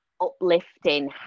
uplifting